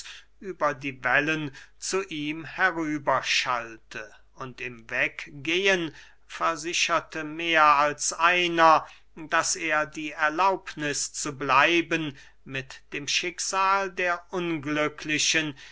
über die wellen zu ihm herüber schallte und im weggehen versicherte mehr als einer daß er die erlaubniß zu bleiben mit dem schicksal der unglücklichen